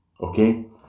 Okay